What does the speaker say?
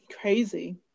Crazy